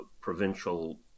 provincial